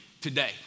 today